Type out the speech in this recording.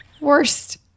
Worst